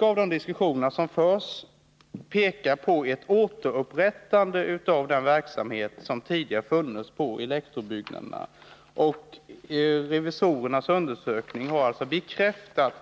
Många av de diskussioner som förs pekar på ett återupprättande av den verksamhet som tidigare bedrivits av Elektrobyggnaderna. Revisorernas undersökning har alltså bekräftat